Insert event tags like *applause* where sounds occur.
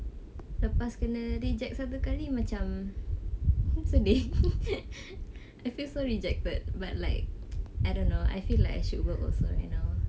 lepas kena reject satu kali macam *noise* sedih *laughs* I feel so rejected but like I don't know I feel like I should work also right now